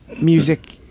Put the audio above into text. music